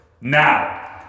Now